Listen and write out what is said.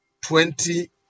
twenty